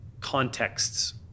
contexts